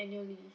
annually